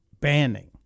banning